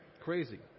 Crazy